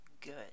good